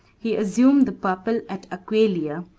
he assumed the purple at aquileia,